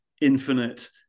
infinite